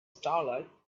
starlight